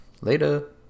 later